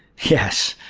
yes,